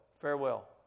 Farewell